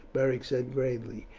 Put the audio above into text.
beric said gravely.